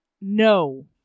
no